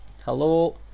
Hello